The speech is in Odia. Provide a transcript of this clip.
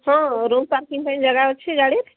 ହଁ ରୁମ୍ ପାର୍କିଂ ପାଇଁ ଜାଗା ଅଛି ଗାଡ଼ି